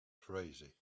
crazy